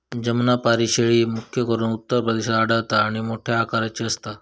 जमुनापारी शेळी, मुख्य करून उत्तर प्रदेशात आढळता आणि मोठ्या आकाराची असता